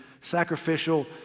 sacrificial